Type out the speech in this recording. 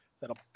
that'll